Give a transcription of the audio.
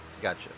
gotcha